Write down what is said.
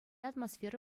атмосфера